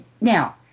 Now